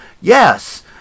Yes